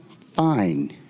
Fine